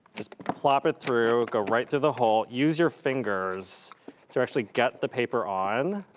just plop it through, go right through the hole. use your fingers to actually get the paper on,